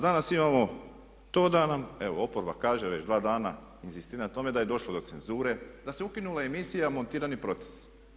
Danas imamo to da nam evo oporba kaže već dva dana inzistira na tome da je došlo do cenzure da se ukinula emisija montirani proces.